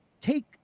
take